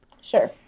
Sure